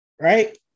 right